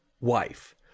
wife